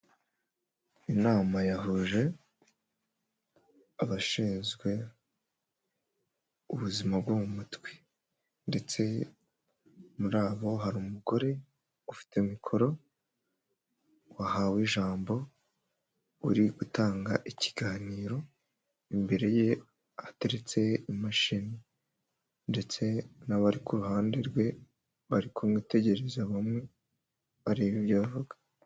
Inama yahuje abashinzwe ubuzima bwo mu mutwe, ndetse muri bo hari umugore ufite mikoro wahawe ijambo uri gutanga ikiganiro. Imbere ye ateretse imashini ndetse n'abari ku ruhande rwe bari kumwitegereza bamwe bareba ibyo avuga.